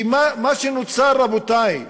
כי מה שנוצר, רבותי,